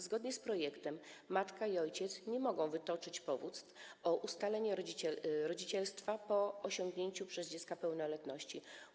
Zgodnie z projektem matka i ojciec nie mogą wytoczyć powództw o ustalenie rodzicielstwa po osiągnięciu przez dziecko pełnoletności.